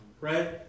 right